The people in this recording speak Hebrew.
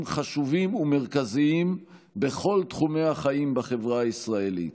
חשובים ומרכזיים בכל תחומי החיים בחברה הישראלית.